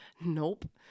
Nope